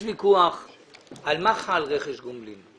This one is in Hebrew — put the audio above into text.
יש ויכוח על מה חל רכש גומלין.